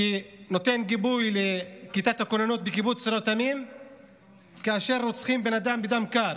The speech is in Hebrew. שנותן גיבוי לכיתת הכוננות בקיבוץ רתמים כאשר רוצחים בן אדם בדם קר.